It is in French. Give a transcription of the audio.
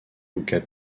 lucas